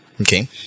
Okay